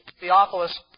Theophilus